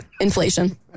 Inflation